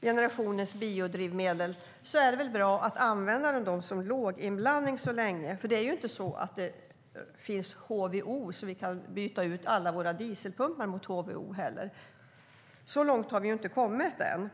generationens biodrivmedel. Då är det väl bra att använda HVO som låginblandning så länge, för det finns ju inte HVO så att vi kan byta till HVO i alla våra dieselpumpar. Så långt har vi inte kommit än.